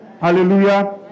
Hallelujah